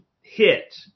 hit